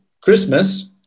Christmas